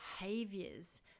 behaviors